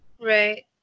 right